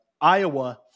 Iowa